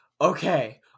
okay